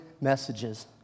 messages